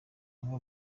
amwe